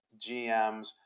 GMs